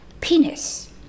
penis